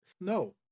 No